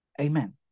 Amen